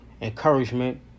encouragement